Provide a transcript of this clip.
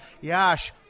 yash